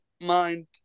mind